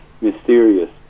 mysterious